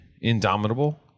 indomitable